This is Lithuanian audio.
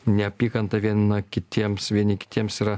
neapykanta viena kitiems vieni kitiems yra